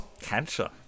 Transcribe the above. cancer